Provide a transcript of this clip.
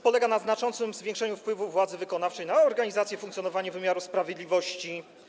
Polega na znaczącym zwiększeniu wpływu władzy wykonawczej na organizację i funkcjonowanie wymiaru sprawiedliwości.